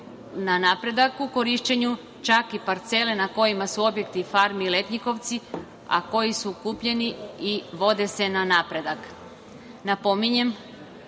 na "Napredak" u korišćenju, čak i parcele na kojima su objekti farme i letnjikovci, a koji su kupljeni i vode se na